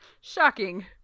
Shocking